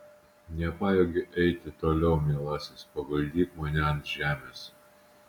nepajėgiu eiti toliau mielasis paguldyk mane ant žemės